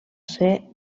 ser